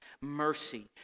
Mercy